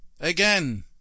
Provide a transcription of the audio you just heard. again